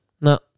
No